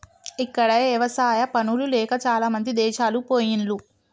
ఇక్కడ ఎవసాయా పనులు లేక చాలామంది దేశాలు పొయిన్లు